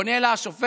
עונה לה השופט: